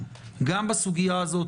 גם בסוגיה הזאת,